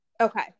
Okay